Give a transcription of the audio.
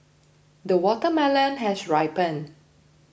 the watermelon has ripened